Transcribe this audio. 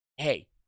Hey